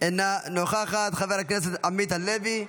אינה נוכחת, חבר הכנסת עמית הלוי,